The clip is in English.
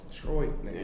Detroit